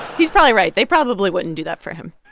he's probably right. they probably wouldn't do that for him